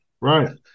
Right